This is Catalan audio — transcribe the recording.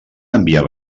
enviar